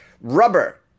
Rubber